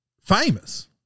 famous